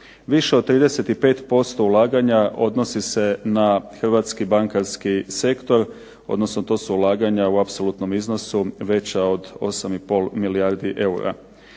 Više od 35% ulaganja odnosi se na hrvatski bankarski sektor, odnosno to su ulaganja u apsolutnom iznosu veća od 8 i pol milijardi eura.